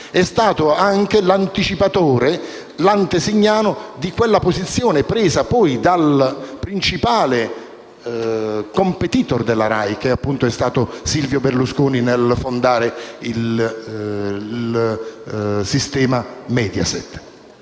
È stato anche l'anticipatore e l'antesignano di quella posizione presa poi dal principale *competitor* della RAI, che è stato Silvio Berlusconi nel fondare il sistema Mediaset.